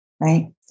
right